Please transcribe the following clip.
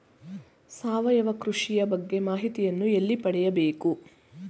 ಸಾವಯವ ಕೃಷಿಯ ಬಗ್ಗೆ ಮಾಹಿತಿಯನ್ನು ಎಲ್ಲಿ ಪಡೆಯಬೇಕು?